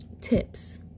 tips